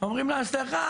אומרים להם: סליחה,